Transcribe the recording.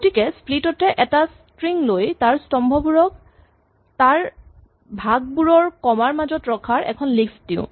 গতিকে স্প্লিট তে এটা স্ট্ৰিং লৈ তাৰ স্তম্ভবোৰক তাৰ ভাগবোৰ কমাৰ মাজত ৰখা এখন লিষ্ট দিয়ো